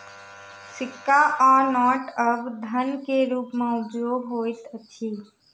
सिक्का आ नोट आब धन के रूप में उपयोग होइत अछि